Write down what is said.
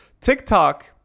TikTok